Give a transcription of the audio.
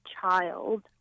child